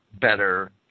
better